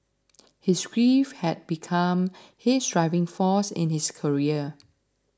his grief had become his driving force in his career